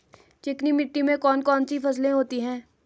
चिकनी मिट्टी में कौन कौन सी फसलें होती हैं?